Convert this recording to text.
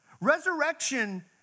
Resurrection